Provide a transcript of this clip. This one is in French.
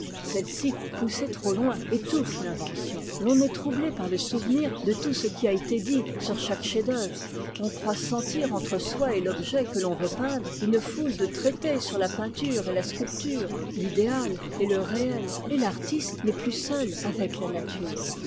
celles-ci poussées trop loin étouffent l'invention t'en est troublé par le souvenir de tout ce qui a été dit sur chaque chef-d'œuvre on croit sentir entre soi et l'objet que l'on veut peindre une foule de traités sur la peinture et la sculpture l'idéal et le réet et l'artiste n'est plus seul avec la nature